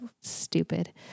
stupid